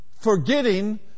forgetting